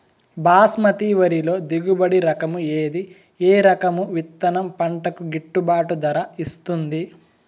బాస్మతి వరిలో దిగుబడి రకము ఏది ఏ రకము విత్తనం పంటకు గిట్టుబాటు ధర ఇస్తుంది